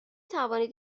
توانید